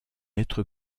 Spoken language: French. être